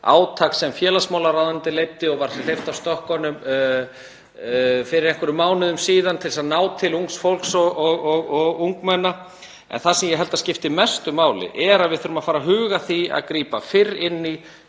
átak sem félagsmálaráðuneytið leiddi og var hleypt af stokkunum fyrir einhverjum mánuðum síðan til að ná til ungs fólks og ungmenna. Það sem ég held að skipti mestu máli er að huga að því að grípa fyrr inn í